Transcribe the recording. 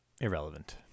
irrelevant